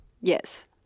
Yes